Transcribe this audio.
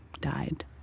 died